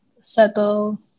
settle